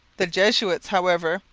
the jesuits, however,